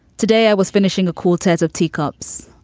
today, i was finishing a quartet of teacups,